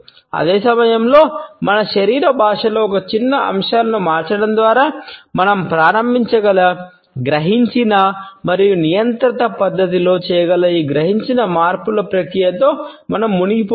అదే సమయంలో మన శరీర భాషలో ఒక చిన్న అంశాలను మార్చడం ద్వారా మనం ప్రారంభించగల గ్రహించిన మరియు నియంత్రిత పద్ధతిలో చేయగల ఈ గ్రహించిన మార్పుల ప్రక్రియతో మనం మునిగిపోకూడదు